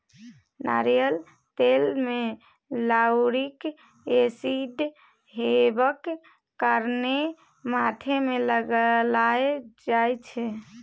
नारियल तेल मे लाउरिक एसिड हेबाक कारणेँ माथ मे लगाएल जाइ छै